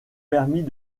permis